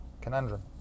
conundrum